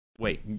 Wait